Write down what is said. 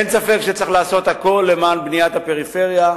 אין ספק שצריך לעשות הכול למען בניית הפריפריה,